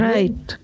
Right